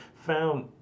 found